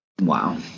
Wow